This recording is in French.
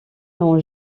n’ont